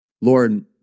Lord